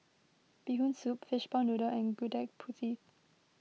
Bee Hoon Soup Fishball Noodle and Gudeg Putih